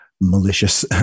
malicious